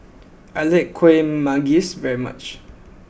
I like kuih Manggis very much